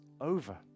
over